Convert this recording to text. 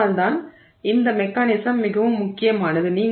அதனால்தான் இந்த மெக்கானிசம் மிகவும் முக்கியமானது